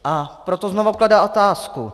A proto znovu kladu otázku.